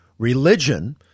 Religion